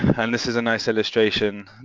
and this is a nice illustration